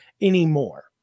anymore